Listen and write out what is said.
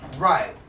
Right